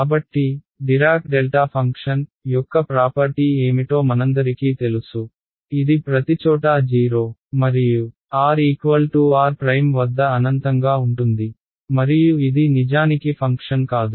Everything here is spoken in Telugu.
కాబట్టి డిరాక్ డెల్టా ఫంక్షన్ యొక్క ప్రాపర్టీ ఏమిటో మనందరికీ తెలుసు ఇది ప్రతిచోటా 0 మరియు r r వద్ద అనంతంగా ఉంటుంది మరియు ఇది నిజానికి ఫంక్షన్ కాదు